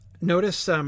notice